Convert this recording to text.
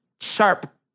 sharp